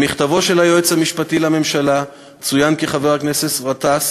במכתבו של היועץ המשפטי לממשלה צוין כי חבר הכנסת גטאס